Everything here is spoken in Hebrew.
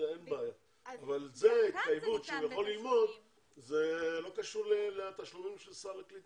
אבל ההתחייבות שהוא יכול ללמוד זה לא קשור לתשלומים של סל הקליטה.